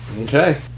Okay